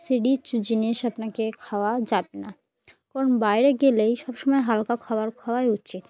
C বিচের জিনিস আপনাকে খাওয়া যাবে না কারণ বাইরে গেলেই সব সমময় হালকা খাবার খাওয়াই উচিত